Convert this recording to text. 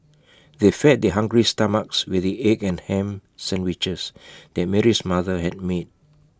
they fed their hungry stomachs with the egg and Ham Sandwiches that Mary's mother had made